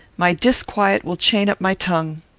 my disquiet will chain up my tongue.